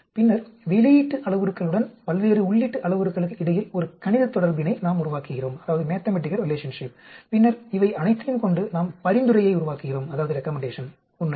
பின்னர் வெளியீட்டு அளவுருக்களுடன் பல்வேறு உள்ளீட்டு அளவுருக்களுக்கு இடையில் ஒரு கணிதத் தொடர்பினை நாம் உருவாக்குகிறோம் பின்னர் இவை அனைத்தையும் கொண்டு நாம் பரிந்துரையை உருவாக்குகிறோம் உண்மையில்